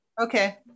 Okay